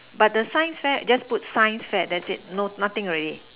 but the science fair just put science fair that's it nothing already